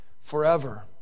forever